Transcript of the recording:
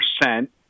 percent